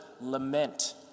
lament